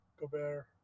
Gobert